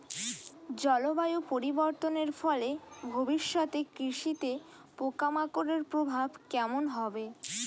জলবায়ু পরিবর্তনের ফলে ভবিষ্যতে কৃষিতে পোকামাকড়ের প্রভাব কেমন হবে?